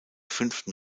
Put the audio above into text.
fünften